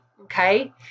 Okay